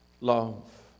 love